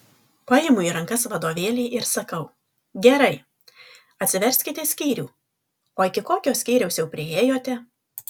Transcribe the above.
paimu į rankas vadovėlį ir sakau gerai atsiverskite skyrių o iki kokio skyriaus jau priėjote